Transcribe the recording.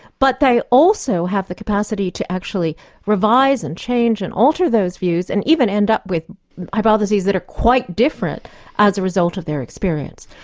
but they also have the capacity to actually revise and change and alter those views, and even end up with hypotheses that are quite different as a result of their experience.